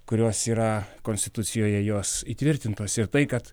kurios yra konstitucijoje jos įtvirtintos ir tai kad